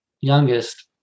youngest